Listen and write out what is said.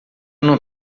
não